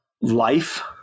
life